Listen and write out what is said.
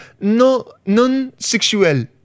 non-sexual